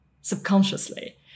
subconsciously